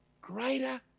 Greater